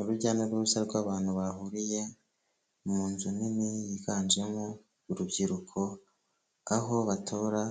Urujya n'uruza rw'abantu bahuriye mu nzu nini yiganjemo urubyiruko, aho batora